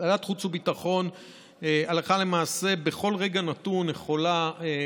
ועדת החוץ והביטחון הלכה למעשה בכל רגע נתון כמעט